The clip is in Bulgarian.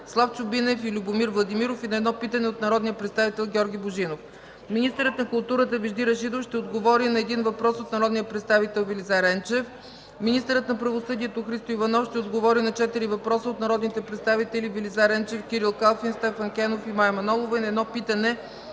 Славчо Бинев, и Любомир Владимиров и на едно питане от народния представител Георги Божинов; - министърът на културата Вежди Рашидов ще отговори на един въпрос от народния представител Велизар Енчев; - министърът на правосъдието Христо Иванов ще отговори на четири въпроса от народните представители Велизар Енчев, Кирил Калфин, Стефан Кенов, и Мая Манолова, и на едно питане